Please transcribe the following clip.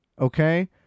okay